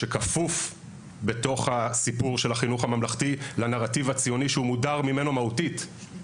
שכפוף בתוך מערכת החינוך לנרטיב הציוני שממנו הוא מודר בצורה